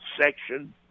section